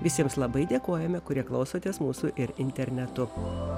visiems labai dėkojame kurie klausotės mūsų ir internetu